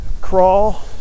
crawl